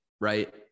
right